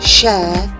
share